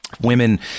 women